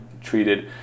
treated